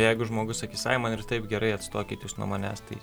jeigu žmogus sakys ai man ir taip gerai atstokit jūs nuo manęs tai